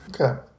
okay